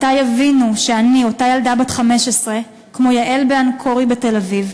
מתי יבינו שאני אותה ילדה בת 15 כמו יעל ב"אנקורי" בתל-אביב,